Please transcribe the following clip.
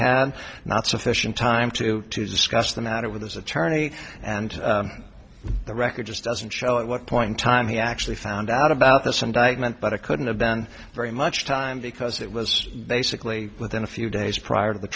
had not sufficient time to discuss the matter with his attorney and the record just doesn't show at what point in time he actually found out about this indictment but it couldn't have been very much time because it was basically within a few days prior to the